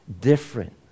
different